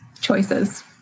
choices